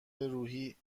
روحی